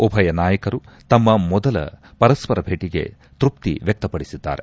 ಉಭಯ ನಾಯಕರು ತಮ್ಮ ಮೊದಲ ಪರಸ್ಪರ ಭೇಟಗೆ ತೃಪ್ತಿ ವ್ನಕ್ತಪಡಿಸಿದ್ದಾರೆ